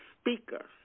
speaker